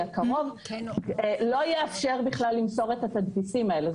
הקרוב לא יאפשר בכלל למסור את התדפיסים האלה.